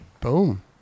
Boom